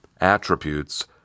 attributes